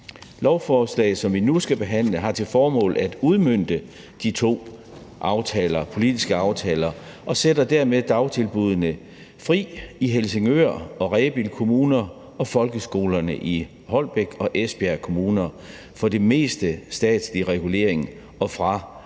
Lovforslaget, som vi nu skal behandle, har til formål at udmønte de to politiske aftaler og sætter dermed dagtilbuddene fri i Helsingør og Rebild Kommuner og folkeskolerne i Holbæk og Esbjerg Kommuner – fri for det meste statslige regulering og for de